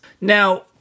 Now